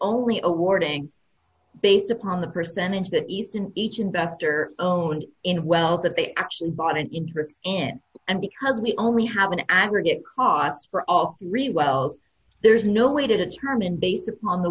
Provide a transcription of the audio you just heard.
only a warning based upon the percentage that easton each investor owned in wealth that they actually bought an interest in and because we only have an aggregate costs for often really well there's no way to determine based upon the